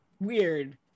weird